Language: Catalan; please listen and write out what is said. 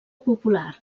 popular